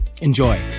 Enjoy